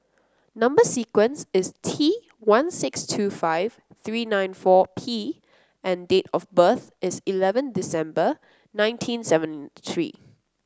number sequence is T one six two five three nine four P and date of birth is eleven December nineteen seventy three